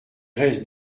reste